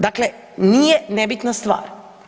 Dakle, nije nebitna stvar.